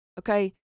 Okay